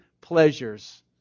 pleasures